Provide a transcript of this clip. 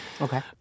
Okay